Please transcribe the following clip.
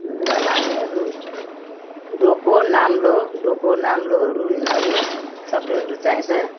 लुगा लगाउनेहरू डोको नाम्लो डोको नाम्लोहरू यिनीहरू सबैहरू चाहिन्छ